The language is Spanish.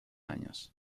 años